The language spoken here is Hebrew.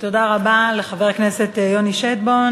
תודה רבה לחבר הכנסת יוני שטבון.